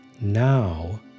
Now